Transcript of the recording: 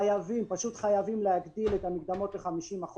חייבים, פשוט חייבים להגדיל את המקדמות ל-50%.